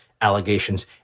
allegations